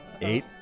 Eight